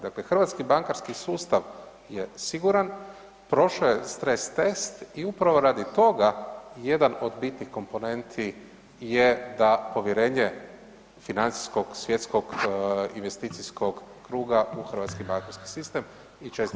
Dakle, hrvatski bankarski sustav je siguran, prošao je stres test i upravo radi toga jedan od bitnih komponenti je da povjerenje financijskog svjetskog i investicijskog kruga u hrvatski bankarski sistem i čestitke naravno